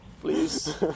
please